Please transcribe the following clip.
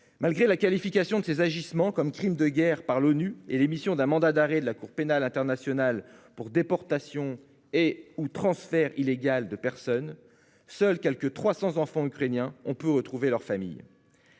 Malgré la qualification de ces agissements comme crimes de guerre par l'ONU et l'émission d'un mandat d'arrêt par la Cour pénale internationale pour « déportation » ou pour « transfert illégal » de personnes, seuls quelque 300 enfants ukrainiens ont pu retrouver leurs familles.